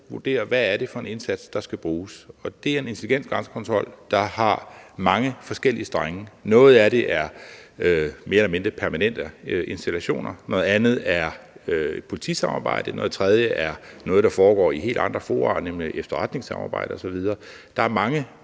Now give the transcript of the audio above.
vurderer, hvad det er for en indsats, der skal bruges. Og det er en intelligent grænsekontrol, der har mange forskellige strenge. Noget af det er mere eller mindre permanente installationer, noget andet er politisamarbejde, noget tredje er noget, der foregår i helt andre fora, nemlig efterretningssamarbejde osv. Det er jo